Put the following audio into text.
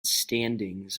standings